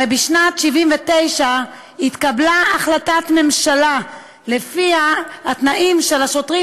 הרי בשנת 1979 התקבלה החלטת ממשלה שלפיה התנאים של השוטרים